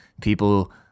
people